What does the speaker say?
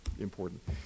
important